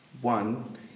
one